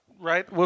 Right